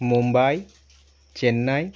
Mumbai Chennai